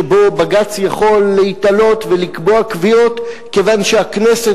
שבו בג"ץ יכול להיתלות ולקבוע קביעות כיוון שהכנסת